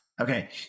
okay